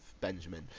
Benjamin